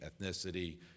ethnicity